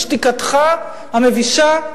בשתיקתך המבישה?